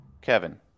Kevin